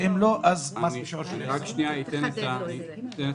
ואם לא אז --- אציג את הרקע.